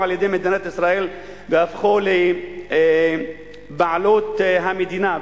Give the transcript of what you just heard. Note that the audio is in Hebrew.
על-ידי מדינת ישראל והפכו לבעלות המדינה.